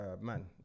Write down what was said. man